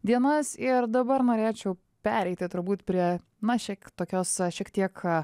dienas ir dabar norėčiau pereiti turbūt prie na šiek tokios šiek tiek